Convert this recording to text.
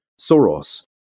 Soros